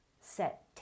set